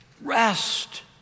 Rest